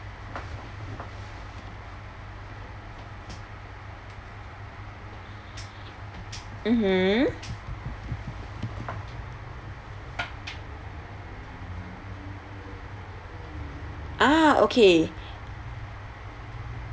mmhmm ah okay